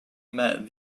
met